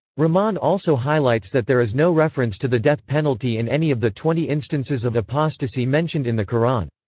rahman also highlights that there is no reference to the death penalty in any of the twenty instances of apostasy mentioned in the qur'an.